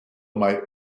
might